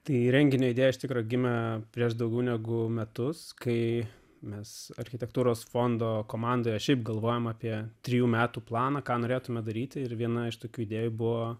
tai įrenginio idėja iš tikro gimė prieš daugiau negu metus kai mes architektūros fondo komandoje šiaip galvojome apie trijų metų planą ką norėtumėme daryti ir viena iš tokių idėjų buvo